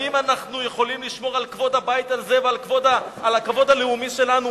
האם אנחנו יכולים לשמור על כבוד הבית הזה ועל הכבוד הלאומי שלנו,